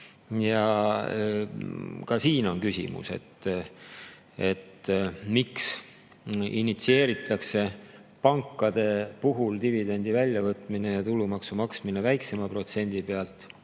Ja ka siin on küsimus, miks initsieeritakse pankade puhul dividendide väljavõtmine ja tulumaksu maksmine väiksema protsendi pealt,